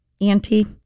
Auntie